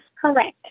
Correct